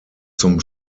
zum